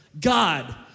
God